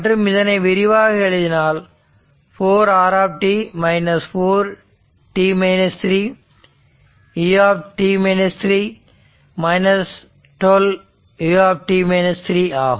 மற்றும் இதனை விரிவாக எழுதினால் 4 r 4 u 12 u ஆகும்